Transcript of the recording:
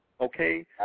okay